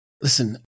Listen